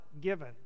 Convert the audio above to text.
given